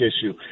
issue